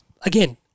again